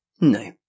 No